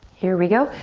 here we go.